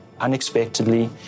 unexpectedly